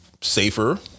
Safer